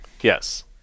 Yes